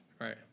right